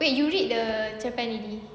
wait you read the cerpen already